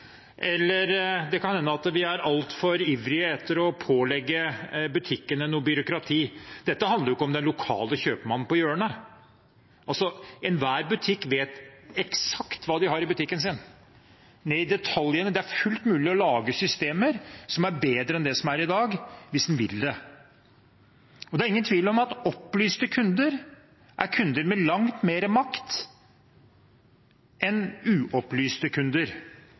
eller det kan hende at vi er altfor ivrige etter å pålegge butikkene noe byråkrati. Dette handler ikke om den lokale kjøpmannen på hjørnet. Enhver kjøpmann vet eksakt hva de har i butikken sin, ned i detalj. Det er fullt mulig å lage systemer som er bedre enn det som er i dag, hvis en vil det. Det er ingen tvil om at opplyste kunder er kunder med langt mer makt enn uopplyste kunder.